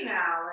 now